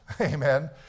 amen